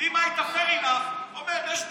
ואם היית, fair enough, אומר: יש בעיה,